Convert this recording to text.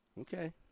Okay